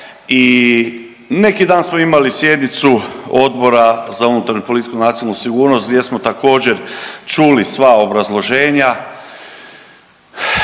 i neki dan smo imali sjednicu Odbora za unutarnju politiku i nacionalnu sigurnost gdje smo također čuli sva obrazloženja,